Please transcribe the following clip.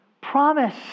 Promise